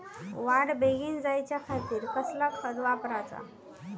वाढ बेगीन जायच्या खातीर कसला खत वापराचा?